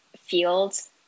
fields